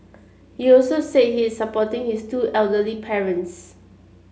he also said he is supporting his two elderly parents